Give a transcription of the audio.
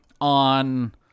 on